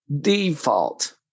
default